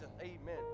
Amen